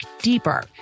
deeper